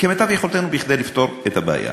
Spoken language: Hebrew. כדי לפתור את הבעיה.